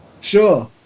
Sure